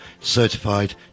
Certified